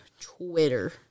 Twitter